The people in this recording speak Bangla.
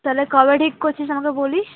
তাহলে কবে ঠিক করছিস আমাকে বলিস